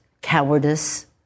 cowardice